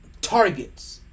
targets